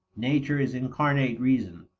nature is incarnate reason.